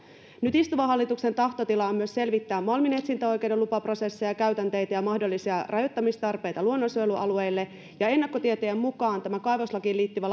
nyt istuvan hallituksen tahtotila on myös selvittää malminetsintäoikeuden lupaprosesseja ja käytänteitä ja mahdollisia rajoittamistarpeita luonnonsuojelualueille ja ennakkotietojen mukaan tämä kaivoslakiin liittyvä